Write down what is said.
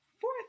fourth